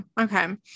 Okay